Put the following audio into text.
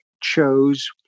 chose